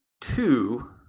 two